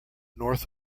north